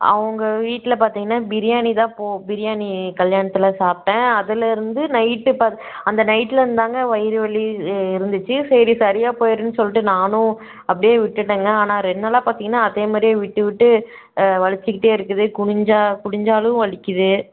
அவங்க வீட்டில் பார்த்திங்கன்னா பிரியாணி தான் போ பிரியாணி கல்யாணத்தில் சாப்பிட்டேன் அதுலிருந்து நைட்டு பத் அந்த நைட்டுலிருந்து தாங்க வயிறு வலி இருந்துச்சு சரி சரியாக போயிடுனு சொல்லிவிட்டு நானும் அப்படியே விட்டுட்டேங்க ஆனால் ரெண்டு நாளாக பார்த்திங்கனா அதே மாதிரி விட்டு விட்டு வலிச்சுக்கிட்டே இருக்குது குனிஞ்சா குனிஞ்சாலும் வலிக்குது